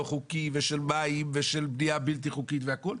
חוקי ושל מים ושל בניה בלתי חוקית והכל,